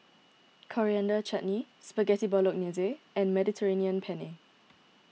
Coriander Chutney Spaghetti Bolognese and Mediterranean Penne